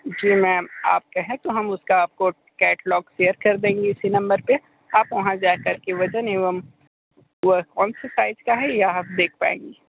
जी ma'am आप कहें तो हम उसका आपको कैटलॉग शेयर कर देंगे इसी नंबर पर आप वहाँ जा कर के वज़न एवं वह कौन से साइज का है यह आप देख पाएंगी